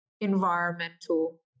environmental